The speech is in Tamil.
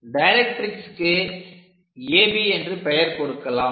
டைரக்ட்ரிக்ஸ்க்கு AB என்று பெயர் கொடுக்கலாம்